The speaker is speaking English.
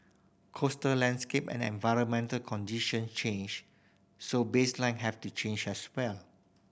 coastal landscape and environmental condition change so baseline have to change as well